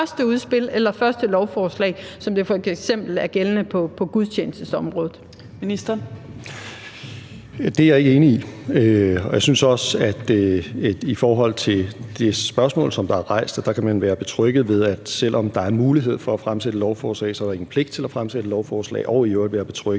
Det er jeg ikke enig i. Og jeg synes også, at i forhold til de spørgsmål, som der er rejst, kan man være betrygget ved, at selv om der er en mulighed for at fremsætte lovforslag, er der ingen pligt til at fremsætte lovforslag. Og i øvrigt kan man være betrygget